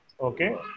Okay